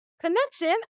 Connection